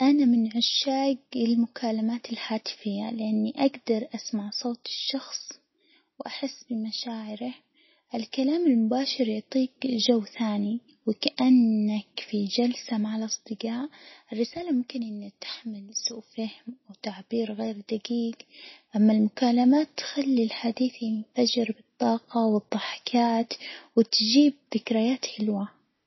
أنا من عشاج المكالمات الهاتفية لإني أقدر أسمع صوت الشخص وأحس بمشاعره، الكلام المباشر يعطيك جو ثاني وكأنك في جلسة مع الأصدجاء، الرسالة ممكن إنها تحمل سوء فهم وتعبير غير دقيق أما المكالمات تخلي الحديث ينفجر بالطاجة والضحكات وتجيب ذكريات حلوة.